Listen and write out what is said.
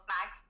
Max